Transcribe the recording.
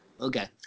Okay